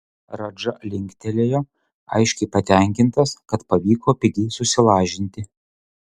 radža linktelėjo aiškiai patenkintas kad pavyko pigiai susilažinti